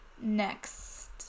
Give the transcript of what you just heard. next